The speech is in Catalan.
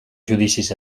judicis